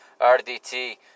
RDT